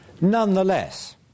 Nonetheless